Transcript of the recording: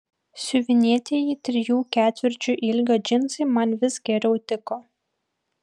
siuvinėtieji trijų ketvirčių ilgio džinsai man vis geriau tiko